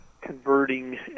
converting